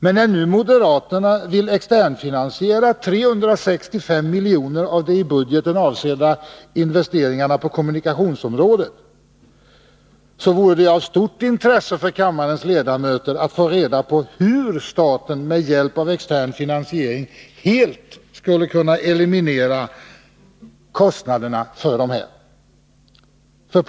Men när nu moderaterna vill externfinansiera 365 miljoner av de i budgeten avsedda investeringarna på kommunikationsområdet, vore det av stort intresse för kammarens ledamöter att få reda på hur staten med hjälp av externfinansiering helt skulle kunna eliminera kostnaderna för denna finansiering.